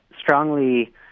strongly